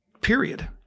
period